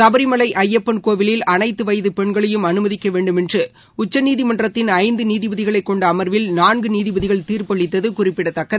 சபரிமலை ஐயப்பன் கோவிலில் அனைத்து வயது பென்களையும் அனுமதிக்க வேண்டுமென்று உச்சநீதிமன்றத்தின் ஐந்து நீதிபதிகளைக் கொண்ட அமாவில் நான்கு நீதிபதிகள் தீாப்பளித்தது குறிப்பிடத்தக்கது